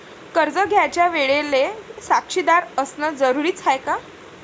कर्ज घ्यायच्या वेळेले साक्षीदार असनं जरुरीच हाय का?